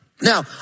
Now